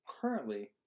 currently